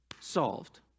solved